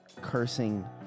cursing